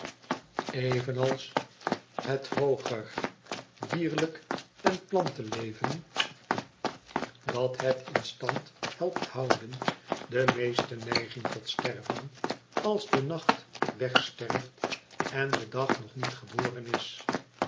evenals het hooger dierlijk en planten dat het in stand helpt houden de meeste neiging tot sterven als de nacht wegsterft en de dag nog niet geboren is